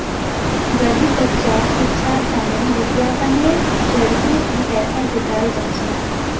गरीब बच्चार शिक्षार तने विज्ञापनेर जरिये भी पैसा जुटाल जा छेक